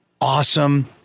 awesome